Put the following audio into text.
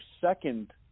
second